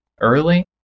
early